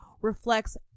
reflects